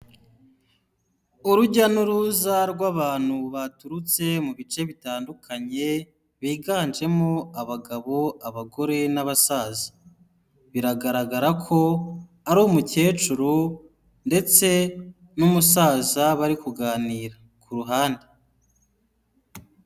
Urujya n'uruza rw'abantu baturutse mu bice bitandukanye biganjemo abagabo, abagore n'abasaza biragaragara ko ari umukecuru ndetse n'umusaza bari kuganira ku ruhande.